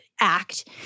act